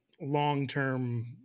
long-term